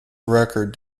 record